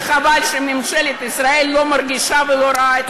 וחבל שממשלת ישראל לא מרגישה ולא רואה את הקטסטרופה.